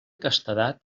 castedat